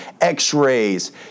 X-rays